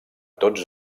tots